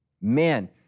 Man